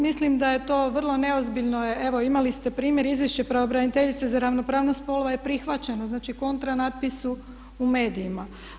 Mislim da je to vrlo neozbiljno, evo imali ste primjer Izvješće pravobraniteljice za ravnopravnost spolova je prihvaćeno, znači kontra natpis u medijima.